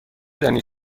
دانی